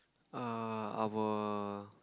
err our